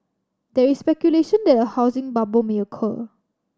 there is speculation that a housing bubble may occur